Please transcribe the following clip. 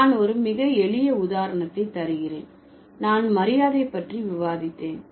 நான் ஒரு மிக எளிய உதாரணத்தை தருகிறேன் நான் மரியாதை பற்றி விவாதித்தேன்